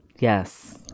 Yes